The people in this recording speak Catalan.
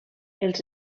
els